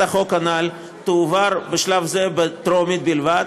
החוק תועבר בשלב זה בקריאה טרומית בלבד,